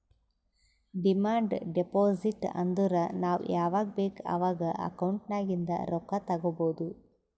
demand deposit ಅಂದುರ್ ನಾವ್ ಯಾವಾಗ್ ಬೇಕ್ ಅವಾಗ್ ಅಕೌಂಟ್ ನಾಗಿಂದ್ ರೊಕ್ಕಾ ತಗೊಬೋದ್